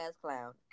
clown